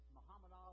Muhammad